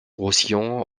roussillon